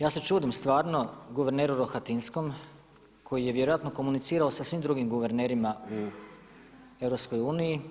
Ja se čudim stvarno guverneru Rohatinskom koji je vjerojatno komunicirao sa svim drugim guvernerima u EU.